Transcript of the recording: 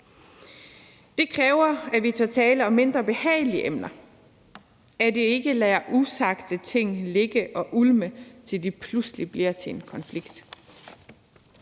Det kræver, at vi tør tale om mindre behagelige emner, og at vi ikke lader usagte ting ligge og ulme, til de pludselig bliver til en konflikt.